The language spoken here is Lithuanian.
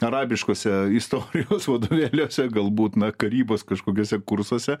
arabiškuose istorijos vadovėliuose galbūt na karybos kažkokiuose kursuose